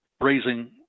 raising